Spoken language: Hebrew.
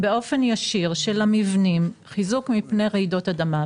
באופן ישיר של המבנים, חיזוק מפני רעידות אדמה.